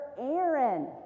Aaron